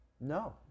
No